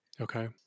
Okay